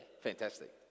Fantastic